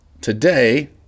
today